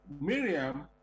Miriam